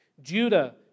Judah